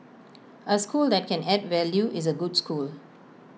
A school that can add value is A good school